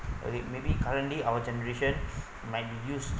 okay maybe currently our generation might use